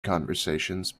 conversations